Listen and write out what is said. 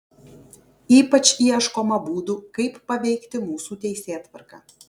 ypač ieškoma būdų kaip paveikti mūsų teisėtvarką